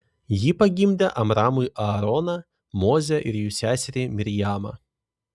ji pagimdė amramui aaroną mozę ir jų seserį mirjamą